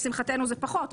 לשמחתנו זה פחות,